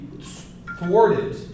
thwarted